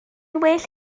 well